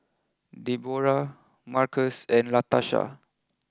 Debora Markus and Latasha